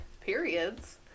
periods